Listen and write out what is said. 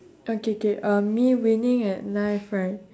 okay K um me winning at life right